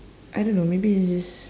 I don't know maybe it's just